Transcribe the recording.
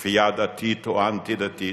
לכפייה דתית או אנטי-דתית.